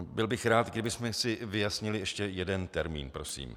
Byl bych rád, kdybychom si vyjasnili ještě jeden termín prosím.